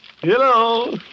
Hello